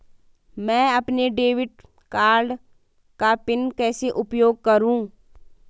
मैं अपने debit card का पिन कैसे उपयोग करूँ?